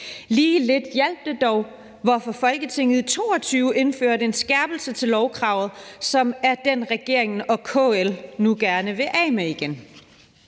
Lige lidt hjalp det dog, hvorfor Folketinget i 2022 indførte en skærpelse til lovkravet, som er den, regeringen og KL nu gerne vil af med igen.